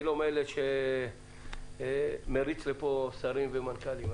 אני לא מאלה שמריץ לפה שרים ומנכ"לים.